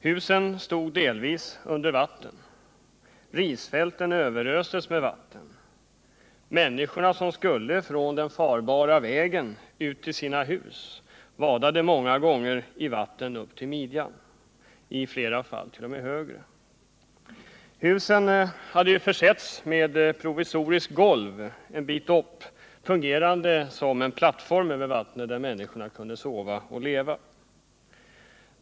Husen stod delvis under vatten, risfälten överöstes med vatten och människorna som försökte ta sig från den farbara vägen ut till sina hus fick ofta vada i vatten upp till midjan. I flera fall gick vattnet t.o.m. högre. Husen hade försetts med ett provisoriskt golv en bit upp, vilket ovanför vattnet fungerade som en plattform där människorna kunde sova.